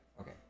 Okay